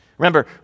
Remember